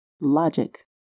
Logic